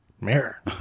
Mirror